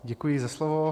Děkuji za slovo.